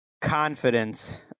confidence